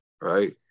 right